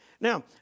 Now